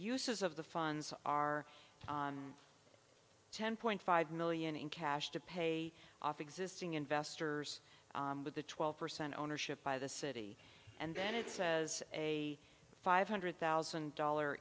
uses of the funds are ten point five million in cash to pay off existing investors with a twelve percent ownership by the city and then it says a five hundred thousand dollar